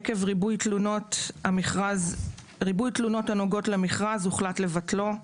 עקב ריבוי תלונות הנוגעות למכרז הוחלט לבטלו.